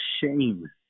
shame